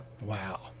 Wow